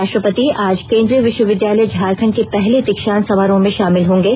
राष्ट्रपति आज केंद्रीय विश्वविद्यालय झारखंड के पहले दीक्षांत समारोह में शामिल होंगे